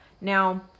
Now